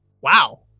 Wow